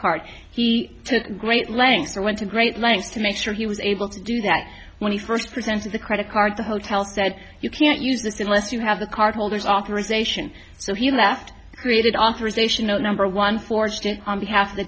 card he took great lengths or went to great lengths to make sure he was able to do that when he first presented the credit card the hotel said you can't use the less you have the card holders authorization so he left created authorization the number one forged on behalf of the